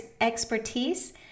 expertise